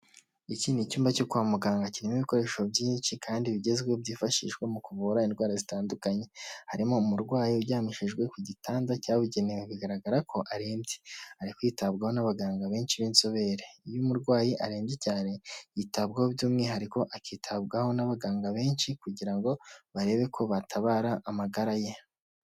Iki ni icyumba cyo kwa muganga kirimo ibikoresho byinshi kandi bigezweho byifashishwa mu kuvura indwara zitandukanye , harimo umurwayi uryamishijwe ku gitanda cyabugenewe bigaragara ko arembye, ari kwitabwaho n'abaganga benshi b'inzobere, iyo umurwayi arembye cyane yitabwaho by'umwihariko akitabwaho n'abaganga benshi kugira ngo barebe ko batabara amagara ye.